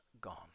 gone